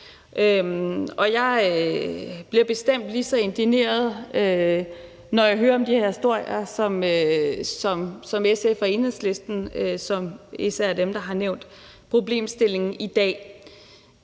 jeg bliver bestemt lige så indigneret, når jeg hører de her historier fra SF og Enhedslisten, som især er dem, som har nævnt problemstillingen i dag.